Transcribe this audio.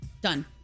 done